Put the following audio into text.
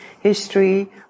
history